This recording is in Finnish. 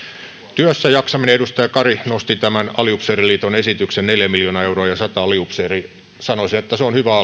työssäjaksaminen edustaja kari nosti tämän aliupseeriliiton esityksen neljä miljoonaa euroa ja sata aliupseeria sanoisin että se on hyvä